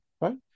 right